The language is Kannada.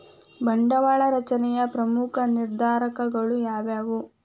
ಬಂಡವಾಳ ರಚನೆಯ ಪ್ರಮುಖ ನಿರ್ಧಾರಕಗಳು ಯಾವುವು